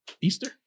Easter